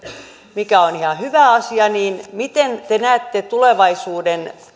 mikä on ihan hyvä asia miten te näette tulevaisuuden